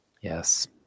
Yes